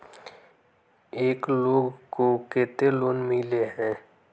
एक लोग को केते लोन मिले है?